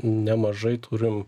nemažai turim